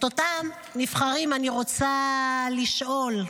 את אותם נבחרים אני רוצה לשאול: